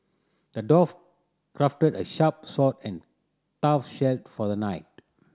the dwarf crafted a sharp sword and tough shield for a knight